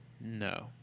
no